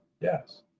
Yes